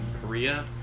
Korea